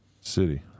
city